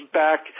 back